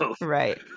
Right